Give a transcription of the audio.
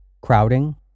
crowding